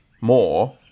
more